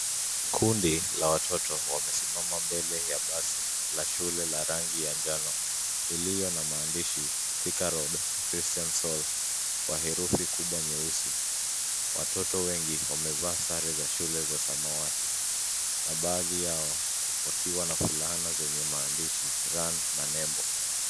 Kundi la watoto wamesima mbele ya basi la shule la rangi ya njano iliyo na maandishi Thika Road Christian Soul kwa herufi kubwa nyeusi. Watoto wengi wamevaa sare za shule za samawati na baadhi yao wakiwa na fulana zenye maandishi run na nembo.